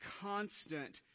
constant